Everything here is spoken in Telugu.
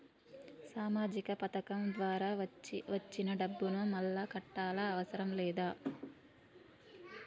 సామాజిక పథకం ద్వారా వచ్చిన డబ్బును మళ్ళా కట్టాలా అవసరం లేదా?